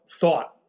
thought